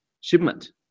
shipment